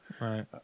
right